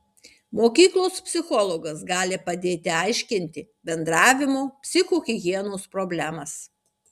mokyklos psichologas gali padėti aiškinti bendravimo psichohigienos problemas